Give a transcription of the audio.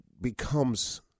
becomes